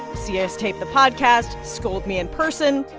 see us tape the podcast, scold me in person,